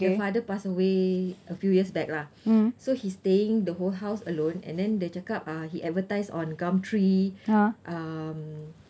the father passed away a few years back lah so he staying the whole house alone and then dia cakap ah he advertise on gumtree um